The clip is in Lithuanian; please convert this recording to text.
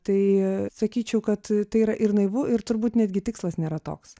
tai sakyčiau kad tai yra ir naivu ir turbūt netgi tikslas nėra toks